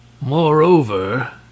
Moreover—